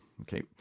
Okay